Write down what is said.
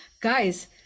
guys